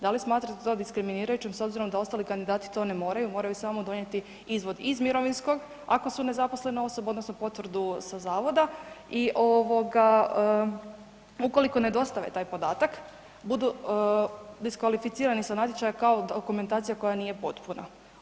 Da li smatrate to diskriminirajućim s obzirom da ostali kandidati to ne moraju, moraju samo donijeti izvod iz mirovinskog ako su nezaposlena osoba odnosno potvrdu sa zavoda i ovoga ukoliko ne dostave taj podatak budu diskvalificirani sa natječaja kao dokumentacija koja nije potpuna.